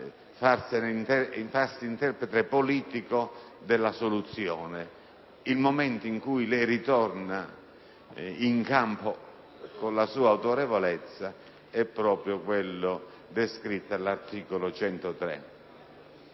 farsi interprete politico della soluzione. Il momento in cui lei ritorna in campo con la sua autorevolezza è proprio quello descritto all'articolo 103